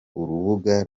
urubuga